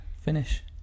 finish